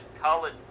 college